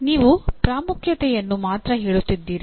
ನೀವು ಪ್ರಾಮುಖ್ಯತೆಯನ್ನು ಮಾತ್ರ ಹೇಳುತ್ತಿದ್ದೀರಿ